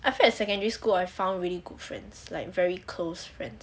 I feel like secondary school I found really good friends like very close friends until now